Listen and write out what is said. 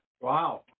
Wow